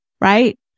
right